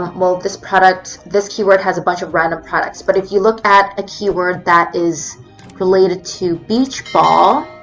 um this product, this keyword has a bunch of random products but if you look at a keyword that is related to beach ball,